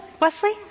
Wesley